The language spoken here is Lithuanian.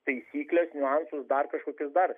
taisykles niuansus dar kažkokius dar